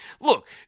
Look